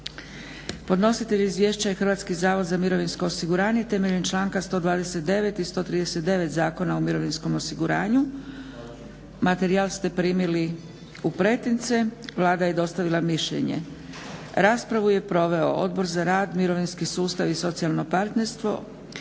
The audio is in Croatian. Podnositelj izvješća je Hrvatski zavod za mirovinsko osiguranje, temeljem članka 129. i 139. Zakona o mirovinskom osiguranju. Materijal ste primili u pretince. Vlada je dostavila mišljenje. Raspravu je proveo Odbor za rad, mirovinski sustav i socijalno partnerstvo,